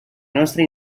nostra